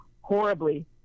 horribly